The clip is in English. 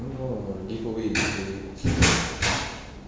no no giveaway giveaway